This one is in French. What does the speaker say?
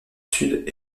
sud